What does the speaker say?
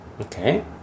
Okay